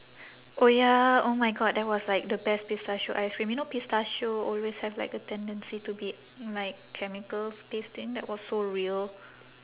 orh ya oh my god that was like the best pistachio ice cream you know pistachio always have like a tendency to be like chemical tasting that was so real